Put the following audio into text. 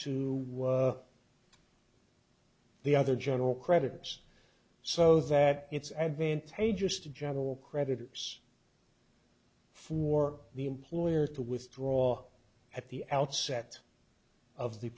to the other general creditors so that it's advantageous to general creditors for the employer to withdraw at the outset of the